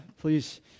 please